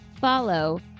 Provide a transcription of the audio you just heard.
follow